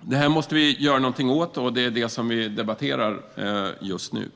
Vi måste göra något åt detta, och det är det vi debatterar nu.